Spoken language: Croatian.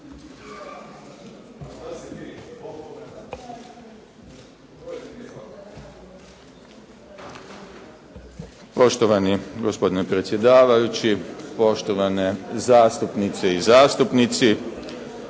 Poštovani gospodine predsjedavajući, poštovane zastupnice i zastupnici.